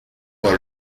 por